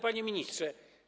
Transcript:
Panie Ministrze!